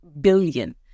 billion